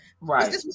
right